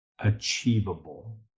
achievable